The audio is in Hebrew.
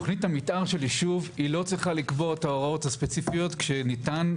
תכנית המתאר של יישוב לא צריכה לקבוע את ההוראות הספציפיות כשניתן,